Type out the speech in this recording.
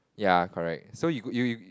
ya correct so you g~ you you